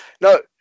no